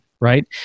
right